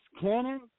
Cannon